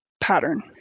pattern